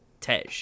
Tej